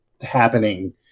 happening